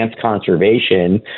conservation